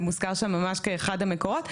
זה מוזכר שם ממש כאחד המקורות,